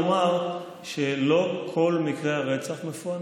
לומר שלא כל מקרי הרצח מפוענחים.